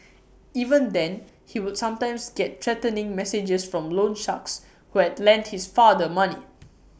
even then he would sometimes get threatening messages from loan sharks who had lent his father money